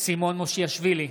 סימון מושיאשוילי,